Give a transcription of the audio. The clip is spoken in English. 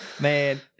Man